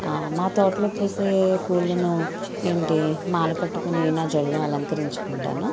మా తోటలో పూసే పూలను ఏంటి మాల కట్టుకుని నా జల్లో అలంకరించుకుంటాను